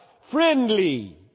friendly